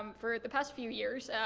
um for the past few years.